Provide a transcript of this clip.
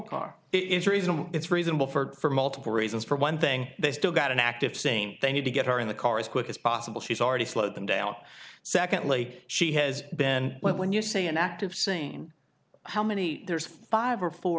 it is reasonable it's reasonable for multiple reasons for one thing they still got an active saying they need to get her in the car as quick as possible she's already slowed them down secondly she has been when you say an active scene how much the there's five or four